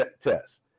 test